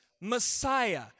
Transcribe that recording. Messiah